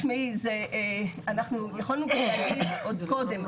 אנחנו יכולנו להעביר עוד קודם,